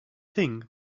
think